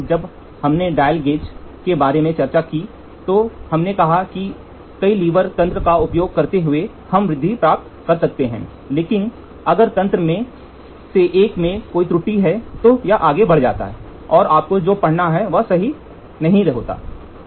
जब हमने dial gauge के बारे में चर्चा की तो हमने कहा कि कई लीवर तंत्र का उपयोग करते हुए हम वृद्धि प्राप्त कर सकते हैं लेकिन अगर तंत्र में से एक में कोई त्रुटि है तो यह आगे बढ़ जाता है और आपको जो पढ़ना है वह सही नहीं है